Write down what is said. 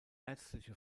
ärztliche